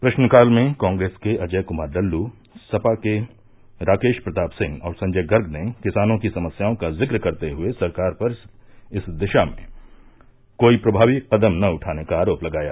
प्रश्नकाल में कांग्रेस के अजय क्मार लल्लू सपा के राकेश प्रताप सिंह और संजय गर्ग ने किसानों की समस्याओं का जिक्र करते हुए सरकार पर इस दिशा में कोई प्रभावी कदम न उठाने का आरोप लगाया